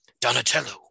Donatello